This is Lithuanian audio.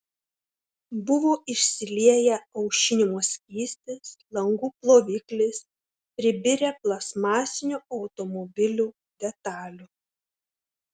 buvo išsilieję aušinimo skystis langų ploviklis pribirę plastmasinių automobilių detalių